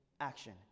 action